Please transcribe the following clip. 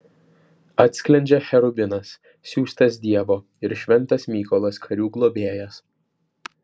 atsklendžia cherubinas siųstas dievo ir šventas mykolas karių globėjas